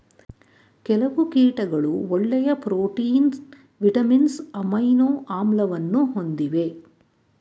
ಕೆಲವು ಕೀಟಗಳು ಒಳ್ಳೆಯ ಪ್ರೋಟೀನ್, ವಿಟಮಿನ್ಸ್, ಅಮೈನೊ ಆಮ್ಲವನ್ನು ಹೊಂದಿವೆ